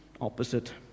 opposite